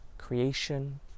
creation